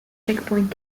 checkpoint